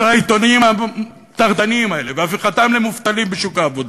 העיתונאים הטרדנים האלה והפיכתם למובטלים בשוק העבודה,